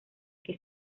que